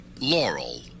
Laurel